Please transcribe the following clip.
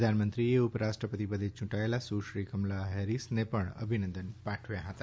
પ્રધાનમંત્રીએ ઉપરાષ્ટ્રપતિ પદે યુંટાયેલા સુશ્રી કમલા હેરીસને પણ અભિનંદન પાઠવ્યા હતા